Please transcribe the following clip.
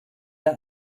der